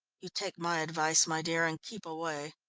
you take my advice, my dear, and keep away.